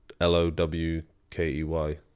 L-O-W-K-E-Y